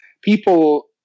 people